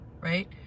right